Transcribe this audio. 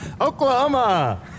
Oklahoma